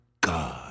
God